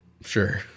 Sure